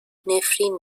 نفرین